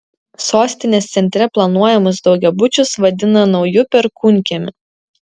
sostinės centre planuojamus daugiabučius vadina nauju perkūnkiemiu